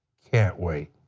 can't wait.